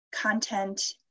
content